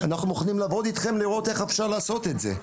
אנחנו מוכנים לעבוד אתכם לראות איך אפשר לעשות את זה.